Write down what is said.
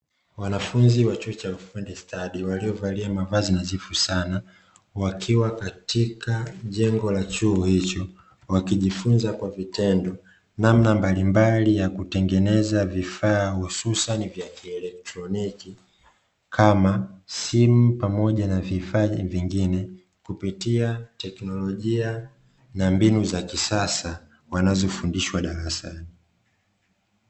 Wanafunzi wa chuo cha ufundi stadi waliovalia mavazi nadhifu sana wakiwa katika jengo la chuo hicho wakijifunza kwa vitendo namna mbalimbali ya kutengeneza vifaa hususani vya kielektroniki kama simu pamoja na vifaa vingine kupitia teknolojia na mbinu za kisasa wanazofundishwa darasani.